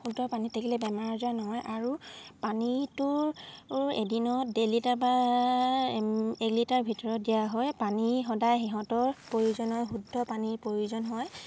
শুদ্ধ পানী থাকিলে বেমাৰ আজাৰ নহয় আৰু পানীটোৰ এদিনত ডেৰ লিটাৰ বা এক লিটাৰৰ ভিতৰত দিয়া হয় পানী সদায় সিহঁতৰ প্ৰয়োজন হয় শুদ্ধ পানীৰ প্ৰয়োজন হয়